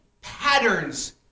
patterns